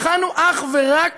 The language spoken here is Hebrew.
בחנו אך ורק